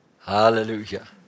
Hallelujah